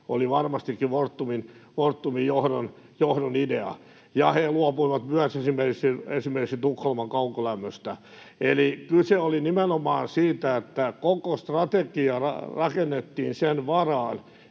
oli varmastikin Fortumin johdon idea. He luopuivat myös esimerkiksi Tukholman kaukolämmöstä. Eli kyse oli nimenomaan siitä, että koko strategia rakennettiin sen varaan,